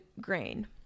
grain